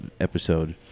episode